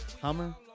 Hummer